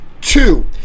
Two